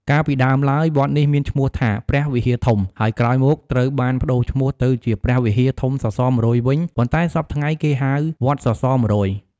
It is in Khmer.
កាលពីដើមឡើយ វត្តនេះមានឈ្មោះថា ព្រះវិហារធំ ហើយក្រោយមកត្រូវបានប្តូរឈ្មោះទៅជាព្រះវិហារធំសសរ១០០វិញ ប៉ុន្តែសព្ធថ្ងៃគេហៅ វត្តសសរ១០០។